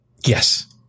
yes